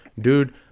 dude